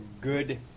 good